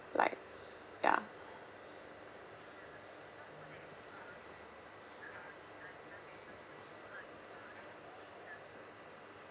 like ya